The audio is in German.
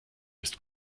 ist